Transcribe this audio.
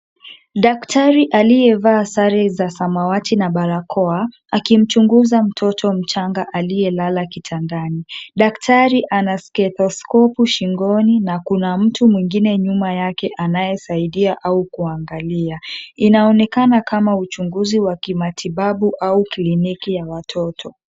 Daktari aliyevaa sare za samawati na barakoa, akimchunguza mtoto mchanga aliyelala kitandani. Daktari ana stethoskopu shingoni na kuna mtu mwingine nyuma yake anayesaidia au kuangalia. Inaonekana kama uchunguzi wa kimatibabu au kliniki ya watoto.